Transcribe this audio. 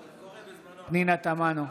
תמנו,